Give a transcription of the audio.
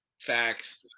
Facts